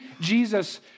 Jesus